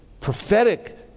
prophetic